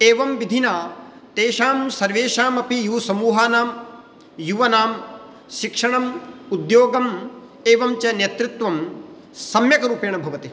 एवं विधिना तेषां सर्वेषाम् अपि युवसमूहानां युवानां शिक्षणम् उद्योगम् एवञ्च नेतृत्वं सम्यक् रूपेण भवति